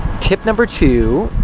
tip number two,